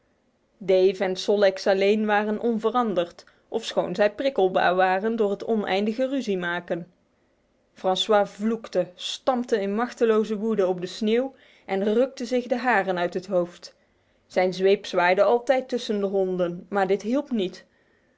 dave en sol leks alleen waren onveranderd ofschoon zij prikkelbaar waren door het eindeloze ruziemaken francois vloekte stampte in machteloze woede op de sneeuw en rukte zich de haren uit het hoofd zijn zweep zwaaide altijd tussen de honden maar dit hielp niet